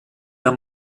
der